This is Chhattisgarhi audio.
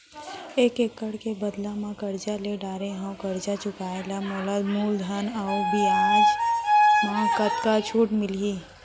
एक एक्कड़ के बदला म करजा ले डारे हव, करजा चुकाए म मोला मूलधन अऊ बियाज म कतका छूट मिलही?